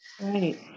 Right